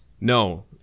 No